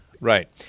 Right